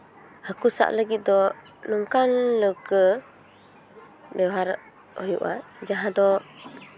ᱦᱟᱹᱠᱩ ᱥᱟᱵ ᱞᱟᱹᱜᱤᱫ ᱫᱚ ᱱᱚᱝᱠᱟᱱ ᱞᱟᱹᱣᱠᱟᱹ ᱵᱮᱣᱦᱟᱨᱚᱜ ᱦᱩᱭᱩᱜᱼᱟ ᱡᱟᱦᱟᱸ ᱫᱚ